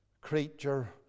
creature